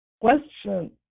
question